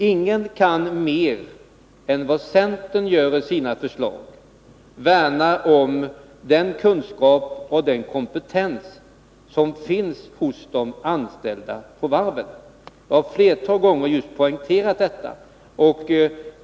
Ingen kan mer än vad centern gör med sina förslag värna om den kunskap och den kompetens som finns hos de anställda på varven. Jag har ett flertal gånger poängterat detta.